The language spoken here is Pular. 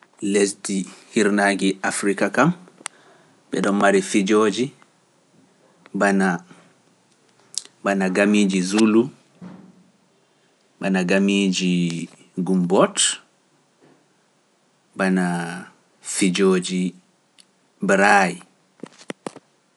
Lesdi hirnaagi Afrika kam, mbeɗo mari fijoji bana gamiiji Zulu, bana gamiiji Gumbot, bana fijoji Braay.